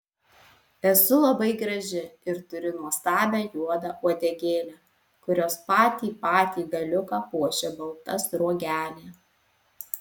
esu labai graži ir turiu nuostabią juodą uodegėlę kurios patį patį galiuką puošia balta sruogelė